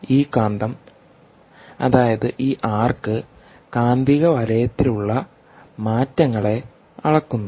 ഈ കാന്തം അതായത് ഈ ആർക്ക് കാന്തിക വലയത്തിലുള്ള മാറ്റങ്ങളെ അളക്കുന്നു